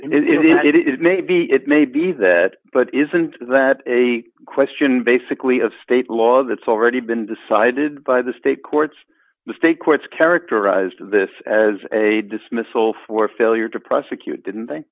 inquiry it may be it may be that but isn't that a question basically of state law that's already been decided by the state courts mistake courts characterized this as a dismissal for failure to prosecute didn't th